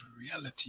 reality